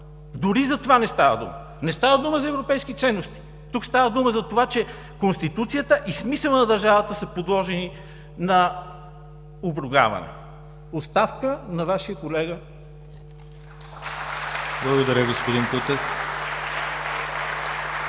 Дори за това не става дума. Не става дума за европейски ценности. Тук става дума за това, че Конституцията и смисълът на държавата са подложени на обругаване. Оставка на Вашия колега! (Ръкопляскания от